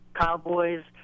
Cowboys –